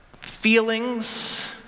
feelings